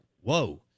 whoa